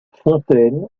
fontaine